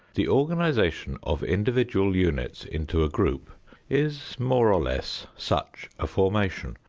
the organization of individual units into a group is more or less such a formation,